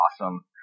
awesome